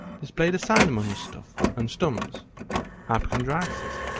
displayed a sign among the stuff and stumps hypochondriasis.